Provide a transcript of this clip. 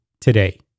today